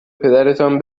پدرتان